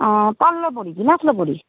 अँ तल्लो भुँडी कि माथिल्लो भुँडी